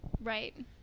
Right